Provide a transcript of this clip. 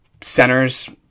centers